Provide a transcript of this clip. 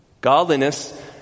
Godliness